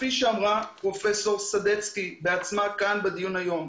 כפי שאמרה פרופ' סדצקי בעצמה בדיון היום,